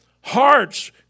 hearts